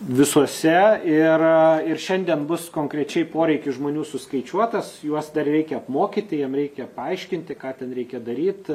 visuose ir ir šiandien bus konkrečiai poreikis žmonių suskaičiuotas juos dar reikia apmokyti jiem reikia paaiškinti ką ten reikia daryt